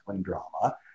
Drama